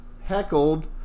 heckled